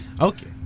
Okay